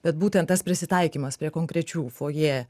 bet būtent tas prisitaikymas prie konkrečių fojė